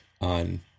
on